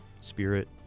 spirit